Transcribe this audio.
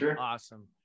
Awesome